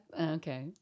okay